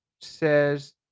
says